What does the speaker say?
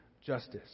justice